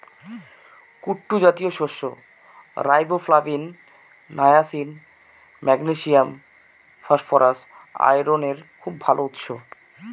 কুট্টু জাতীয় শস্য riboflavin, niacin, magnesium, phosphorus, আয়রনের খুব ভাল উৎস